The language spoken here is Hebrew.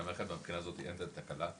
כי במערכת מהבחינה הזאת אין באמת תקלה.